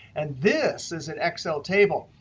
and this is an excel table.